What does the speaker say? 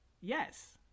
Yes